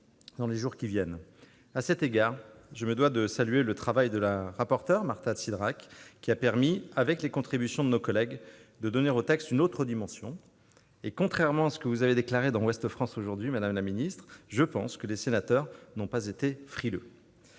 durant les prochains jours. À cet égard, je me dois de saluer le travail de la rapporteure, Marta de Cidrac, qui a permis, avec les contributions de nos collègues, de donner au texte une autre dimension. Et, contrairement à ce que vous avez déclaré dans, madame la secrétaire d'État, je pense que les sénateurs n'ont pas été frileux